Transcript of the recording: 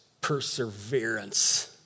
perseverance